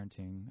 parenting